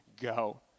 go